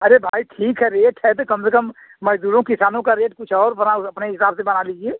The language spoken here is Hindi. अरे भाई ठीक है रेट है तो कम से कम मजदूरों किसानों का रेट कुछ और बनाओ अपने हिसाब से बना लीजिए